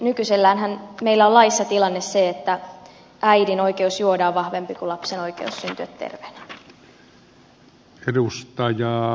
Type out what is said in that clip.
nykyiselläänhän meillä on laissa tilanne se että äidin oikeus juoda on vahvempi kuin lapsen oikeus syntyä terveenä